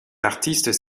artistes